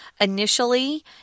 initially